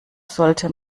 sollte